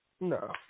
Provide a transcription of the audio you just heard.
No